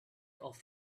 off